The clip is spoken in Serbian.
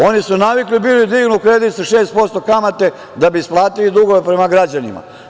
Oni su navikli bili da dignu kredit sa 6% kamate da bi isplatili dugove prema građanima.